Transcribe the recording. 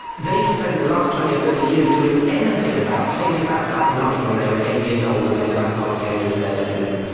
they've spent the last twenty or thirty years doing anything but think about that night when they were eight years old and their grandfather came into their bedroom.